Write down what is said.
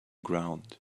ground